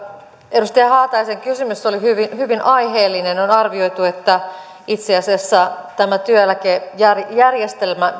edustaja haataisen kysymys oli hyvin hyvin aiheellinen on on arvioitu että itse asiassa tämän työeläkejärjestelmän